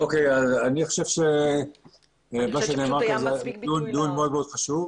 אני חושב שמה שנאמר כאן היה דיון חשוב מאוד.